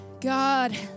God